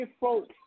folks